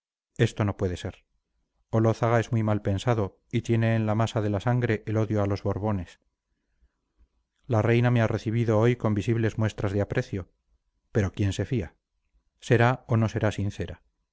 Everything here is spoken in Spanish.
esto no puede ser olózaga es muy mal pensado y tiene en la masa de la sangre el odio a los borbones la reina me ha recibido hoy con visibles muestras de aprecio pero quién se fía será o no será sincera